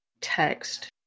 text